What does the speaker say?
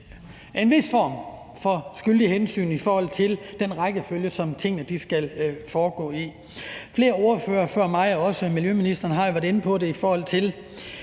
en vis form for skyldig hensyn til den rækkefølge, som tingene skal foregå i. Flere ordførere før mig – og også miljøministeren – har jo været inde på, hvad det